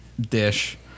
dish